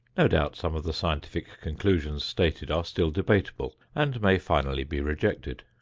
no doubt some of the scientific conclusions stated are still debatable and may finally be rejected.